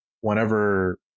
whenever